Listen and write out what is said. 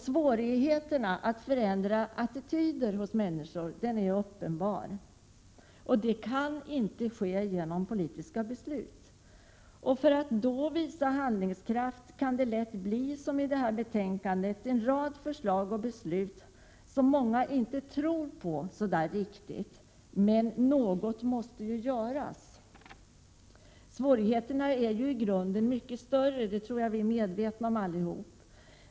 Svårigheten att förändra attityder hos människor är uppenbar. Detta kan inte ske genom politiska beslut. För att då visa handlingskraft, kan det bli lätt som i det föreliggande betänkandet, dvs. en rad förslag till beslut som många kanske inte riktigt tror på. Men något måste ju göras. Svårigheterna är i grunden mycket större — det tror jag att vi allihop är medvetna om.